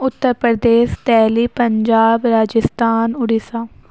Uttar Pradesh Delhi Punjab Rajasthan Orissa